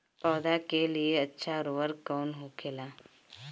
पौधा के लिए अच्छा उर्वरक कउन होखेला?